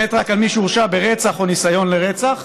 רק על מי שהורשע ברצח או בניסיון לרצח.